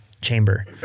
chamber